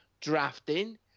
drafting